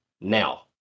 now